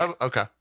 okay